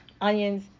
onions